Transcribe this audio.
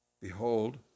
behold